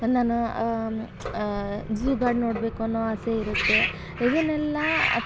ನಾನು zoo garden ನೋಡಬೇಕು ಅನ್ನೋ ಆಸೆ ಇರುತ್ತೆ ಇದನ್ನೆಲ್ಲ